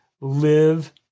live